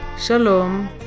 Shalom